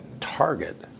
target